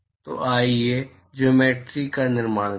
तो आइए ज्यामेट्रि का निर्माण करें